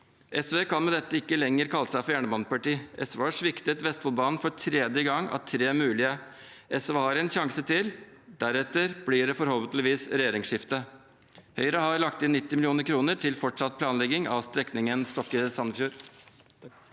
SV kan med dette ikke lenger kalle seg for et jernbaneparti. SV har sviktet Vestfoldbanen for tredje gang av tre mulige. SV har en sjanse til, deretter blir det forhåpentligvis regjeringsskifte. Høyre har lagt inn 90 mill. kr til fortsatt planlegging av strekningen Stokke–Sandefjord.